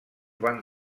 van